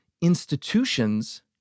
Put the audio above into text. institutions